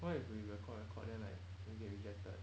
what if we record record then like we get rejected